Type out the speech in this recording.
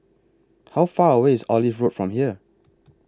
How Far away IS Olive Road from here